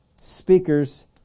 speakers